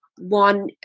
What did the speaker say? one